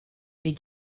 les